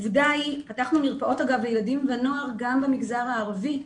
פתחנו מרפאות לילדים ונוער גם במגזר הערבי,